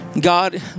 God